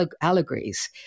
allegories